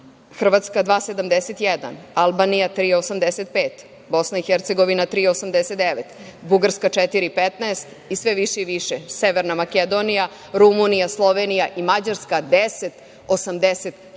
Hrvatska 2,71%, Albanija 3,85%, BiH 3,89%, Bugarska 4,15% i sve više i više, Severna Makedonija, Rumunija, Slovenija i Mađarska 10,84%,